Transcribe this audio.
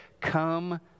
come